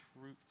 truth